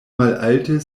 malalte